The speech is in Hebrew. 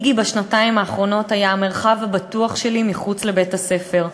"'איגי' בשנתיים האחרונות היה המרחב הבטוח שלי מחוץ לבית-הספר,